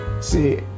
See